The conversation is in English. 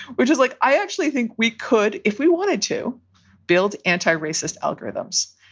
we're just like i actually think we could if we wanted to build anti-racist algorithms.